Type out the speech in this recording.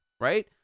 Right